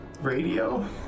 Radio